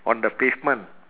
on the pavement